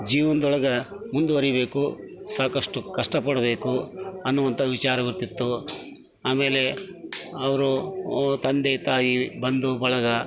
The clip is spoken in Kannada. ಜೀವನ್ದೊಳಗೆ ಮುಂದುವರಿಬೇಕು ಸಾಕಷ್ಟು ಕಷ್ಟಪಡಬೇಕು ಅನ್ನುವಂತ ವಿಚಾರ ಬರ್ತಿತ್ತು ಆಮೇಲೆ ಅವರು ತಂದೆ ತಾಯಿ ಬಂಧು ಬಳಗ